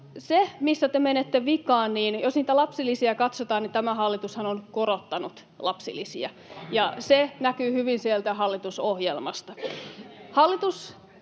se, missä te menette vikaan: jos niitä lapsilisiä katsotaan, niin tämä hallitushan on korottanut lapsilisiä, ja se näkyy hyvin sieltä hallitusohjelmasta.